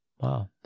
Wow